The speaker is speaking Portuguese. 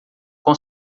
com